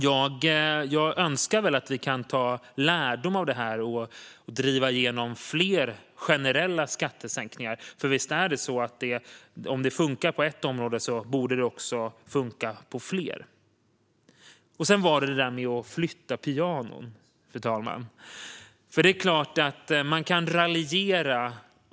Jag önskar att vi kan dra lärdom av det här och driva igenom fler generella skattesänkningar, för visst är det så att om det funkar på ett område borde det också funka på fler områden. Sedan var det det där med att flytta pianon, fru talman.